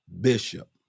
Bishop